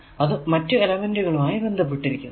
അത് മറ്റു എലമെന്റ് കളുമായി ബന്ധപ്പെട്ടിരിക്കുന്നു